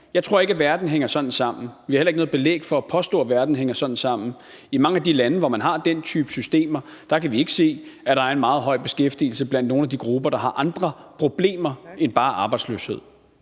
Jeg tror ikke, at verden hænger sådan sammen. Vi har heller ikke noget belæg for at påstå, at verden hænger sådan sammen. I mange af de lande, hvor man har den type systemer, kan vi ikke se, at der er en meget høj beskæftigelse blandt nogle af de grupper, der har andre problemer end bare arbejdsløshed.